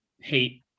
hate